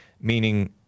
meaning